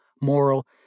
moral